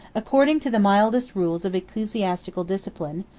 according to the mildest rules of ecclesiastical discipline,